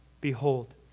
Behold